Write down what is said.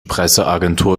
presseagentur